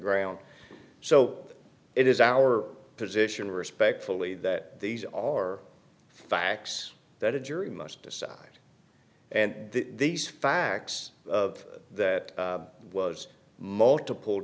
ground so it is our position respectfully that these are facts that a jury must decide and these facts of that was multiple